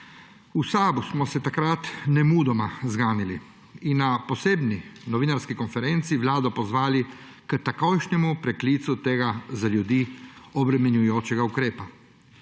V SAB smo se takrat nemudoma zganili in na posebni novinarski konferenci Vlado pozvali k takojšnjemu preklicu tega za ljudi obremenjujočega ukrepa.